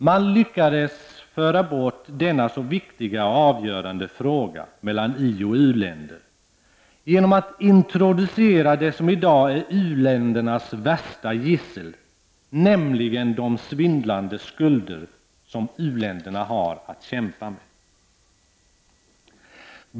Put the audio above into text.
Man lyckades föra bort denna så viktiga och avgörande fråga mellan ioch u-länder genom att introducera det som i dag är u-ländernas värsta gissel, nämligen de svindlande skulder som u-länderna har att kämpa med.